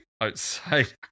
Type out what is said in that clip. outside